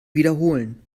wiederholen